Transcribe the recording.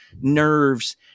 nerves